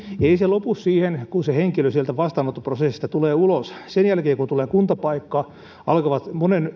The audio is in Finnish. ei se lopu siihen kun se henkilö sieltä vastaanottoprosessista tulee ulos sen jälkeen kun tulee kuntapaikka alkavat